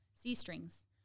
C-strings